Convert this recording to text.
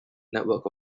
network